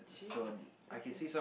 jesus okay